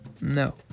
no